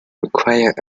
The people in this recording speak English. require